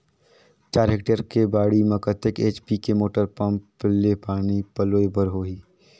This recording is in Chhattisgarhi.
चार हेक्टेयर के बाड़ी म कतेक एच.पी के मोटर पम्म ले पानी पलोय बर होही?